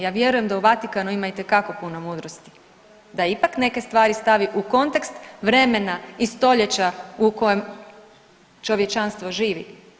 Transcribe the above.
Ja vjerujem da u Vatikanu ima itekako puno mudrosti da ipak neke stvari stavi u kontekst vremena i stoljeća u kojem čovječanstvo živi.